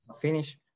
finish